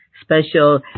special